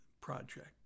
project